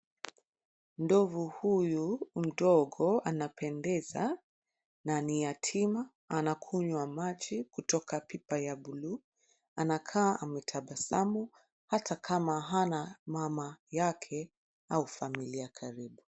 Ndovu huyu mdogo anapendeza na ni yatima. Anakunywa maji kutoka pipa ya buluu. Anakaa ametabasamu hata kama hana mama yake au familia karibu.